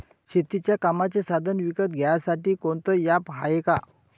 शेतीच्या कामाचे साधनं विकत घ्यासाठी कोनतं ॲप हाये का?